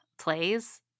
plays